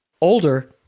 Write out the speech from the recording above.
older